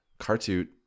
Cartoot